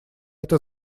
это